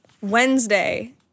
Wednesday